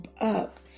up